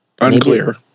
Unclear